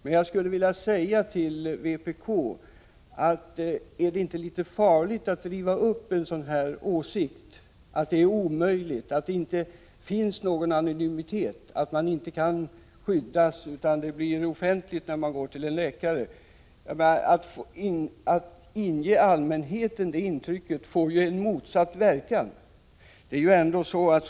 Låt mig emellertid till vpk säga: Är det inte litet farligt att driva åsikten, att det inte finns någon anonymitet, att det är omöjligt att skydda personer och att det hela blir offentligt när vederbörande går till en läkare? Att ge allmänheten detta intryck kan lätt få en verkan som är motsatt den man avser.